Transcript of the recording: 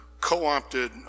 co-opted